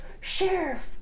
Sheriff